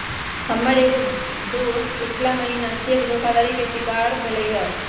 हमर एगो दोस पछिला महिन्ना चेक धोखाधड़ी के शिकार भेलइ र